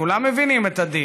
כולם מבינים את הדין.